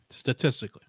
statistically